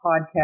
podcast